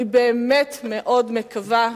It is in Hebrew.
אני באמת מאוד מקווה,